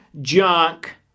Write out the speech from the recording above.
junk